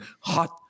hot